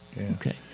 Okay